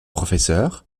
professeur